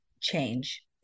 change